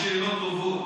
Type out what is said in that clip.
תשאלי שאלות טובות.